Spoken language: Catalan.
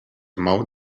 mou